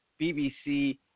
BBC